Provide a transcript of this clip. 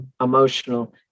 emotional